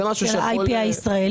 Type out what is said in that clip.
זה משהו שיכול --- על ה-IP הישראלי.